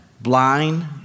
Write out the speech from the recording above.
blind